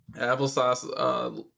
Applesauce